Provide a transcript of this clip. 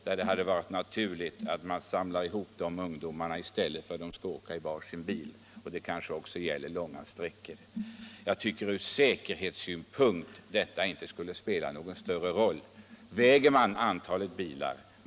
Det hade varit naturligt att samla ihop de ungdomarna i stället för att de skall åka i flera bilar, kanske på långa sträckor. Jag anser att det inte ur säkerhetssynpunkt skulle spela någon större roll om man tillät litet fler än åtta passagerare.